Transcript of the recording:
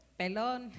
pelon